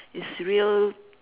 it's real